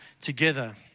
together